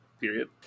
period